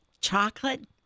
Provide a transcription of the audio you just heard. chocolate